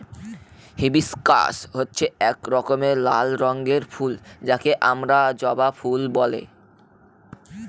hibiscus হচ্ছে এক রকমের লাল রঙের ফুল যাকে আমরা জবা ফুল বলে